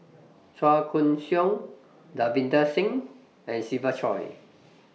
Chua Koon Siong Davinder Singh and Siva Choy